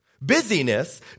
Busyness